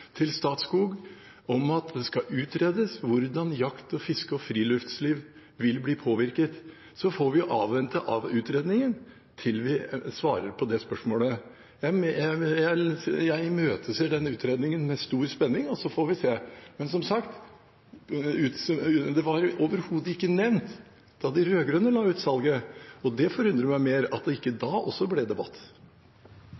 til Statskog om at det skal utredes hvordan jakt, fiske og friluftsliv vil bli påvirket. Så får vi avvente utredningen før vi svarer på det spørsmålet. Jeg imøteser den utredningen med stor spenning, og så får vi se. Men som sagt: Det var overhodet ikke nevnt da de rød-grønne la ut salget. Det forundrer meg at det ikke da også ble debatt.